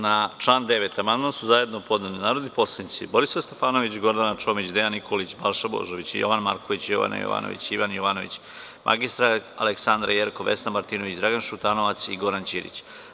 Na član 9. amandman su zajedno podneli narodni poslanici Borislav Stefanović, Gordana Čomić, Dejan Nikolić, Balša Božović, Jovan Marković, Jovana Jovanović, Ivan Jovanović, mr Aleksandra Jerkov, Vesna Martinović, Dragan Šutanovac i Goran Ćirić.